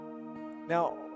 Now